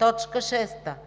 6.